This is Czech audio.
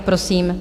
Prosím.